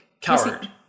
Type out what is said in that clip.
Coward